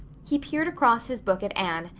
he peered across his book at anne,